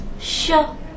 Sure